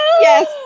Yes